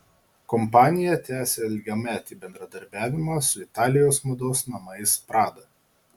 kompanija tęsia ilgametį bendradarbiavimą su italijos mados namais prada